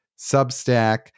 Substack